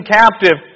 captive